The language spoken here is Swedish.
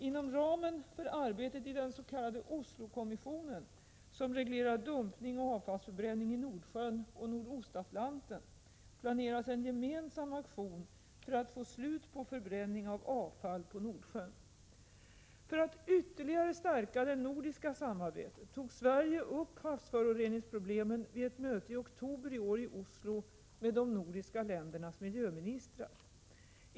Inom ramen för arbetet i den s.k. Oslokommissionen, som reglerar dumpning och avfallsförbränning i Nordsjön och Nordostatlanten, planeras en gemensam aktion för att få slut på förbränning av avfall på Nordsjön. För att ytterligare stärka det nordiska samarbetet tog Sverige upp havsföroreningsproblemen vid ett möte i oktober i år i Oslo med de nordiska ländernas miljöministrar.